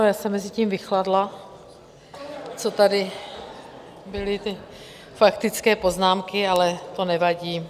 Já jsem mezitím vychladla, co tady byly ty faktické poznámky, ale to nevadí.